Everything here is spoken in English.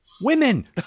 women